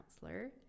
counselor